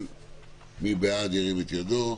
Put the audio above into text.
מי בעד, ירים את ידו?